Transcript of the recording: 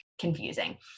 confusing